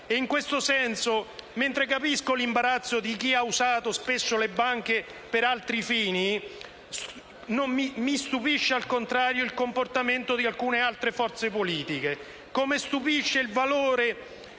In questo senso, mentre capisco l'imbarazzo di chi spesso ha usato le banche per altri fini, mi stupisce il comportamento di alcune altre forze politiche,